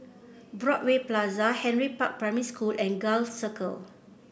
Broadway Plaza Henry Park Primary School and Gul Circle